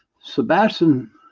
Sebastian